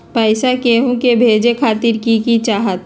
पैसा के हु के भेजे खातीर की की चाहत?